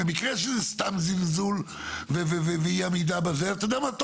במקרה שזה סתם זלזול ואי עמידה אתה יודע מה?